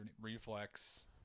reflex